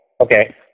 Okay